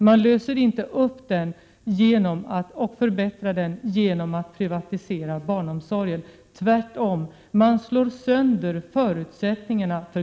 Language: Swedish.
Man förbättrar inte situationen genom att privatisera barnomsorgen. Tvärtom, man försämrar kvinnornas förutsättningar.